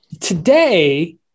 today